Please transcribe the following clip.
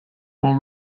more